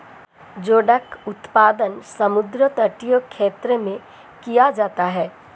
जोडाक उत्पादन समुद्र तटीय क्षेत्र में किया जाता है